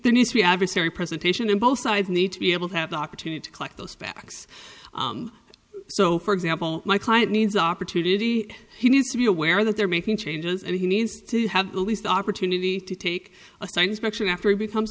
new adversary presentation and both sides need to be able to have the opportunity to collect those facts so for example my client needs opportunity he needs to be aware that they're making changes and he needs to have the least opportunity to take a science fiction after he becomes